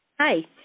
Hi